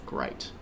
great